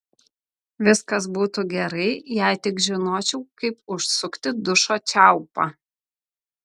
viskas būtų gerai jei tik žinočiau kaip užsukti dušo čiaupą